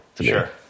Sure